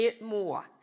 more